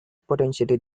potentially